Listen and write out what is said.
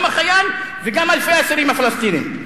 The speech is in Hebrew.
גם החייל וגם אלפי האסירים הפלסטינים,